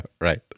Right